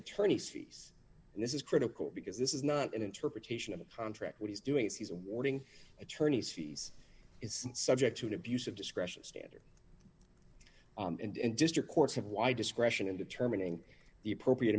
attorneys fees and this is critical because this is not an interpretation of a contract what he's doing is he's awarding attorneys fees is subject to an abuse of discretion standard and district courts have y discretion in determining the appropriate